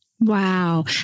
Wow